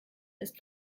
ist